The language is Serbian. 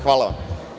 Hvala vam.